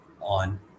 on